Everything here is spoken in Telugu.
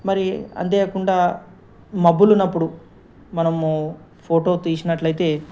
మరి అంతేకాకుండా మబ్బులున్నప్పుడు మనము ఫోటో తీసినట్లయితే